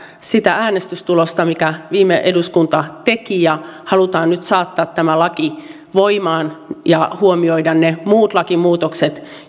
sitä äänestystulosta minkä viime eduskunta teki ja halutaan nyt saattaa tämä laki voimaan ja huomioida ne muut lakimuutokset